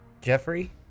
Jeffrey